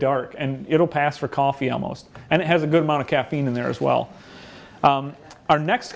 dark and it'll pass for coffee almost and it has a good amount of caffeine in there as well our next